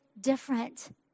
different